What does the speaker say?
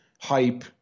hype